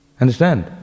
Understand